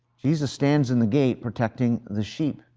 jesus stands in the gate protecting the sheep.